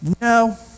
No